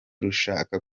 rushaka